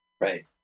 Right